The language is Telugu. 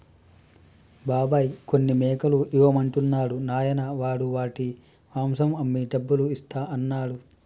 బాబాయ్ కొన్ని మేకలు ఇవ్వమంటున్నాడు నాయనా వాడు వాటి మాంసం అమ్మి డబ్బులు ఇస్తా అన్నాడు